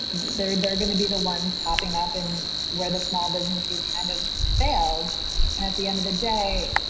there. they're going to be the ones popping up in where the small businesses kind of failed. and at the end of the day,